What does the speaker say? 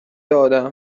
آدم